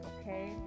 okay